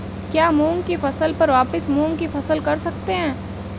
क्या मूंग की फसल पर वापिस मूंग की फसल कर सकते हैं?